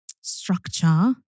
structure